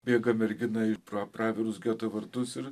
bėga mergina pro pravirus geto vartus ir